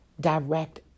direct